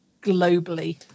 globally